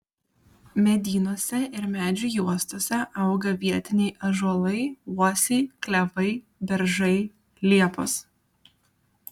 medynuose ir medžių juostose auga vietiniai ąžuolai uosiai klevai beržai liepos